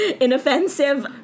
inoffensive